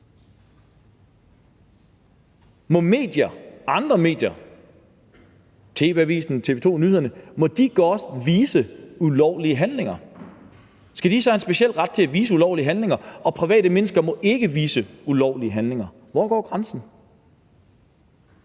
Må medier, andre medier – TV Avisen, TV 2 Nyhederne – godt vise ulovlige handlinger? Skal de så have en speciel ret til at vise ulovlige handlinger, mens private mennesker ikke må vise ulovlige handlinger? Hvor går grænsen?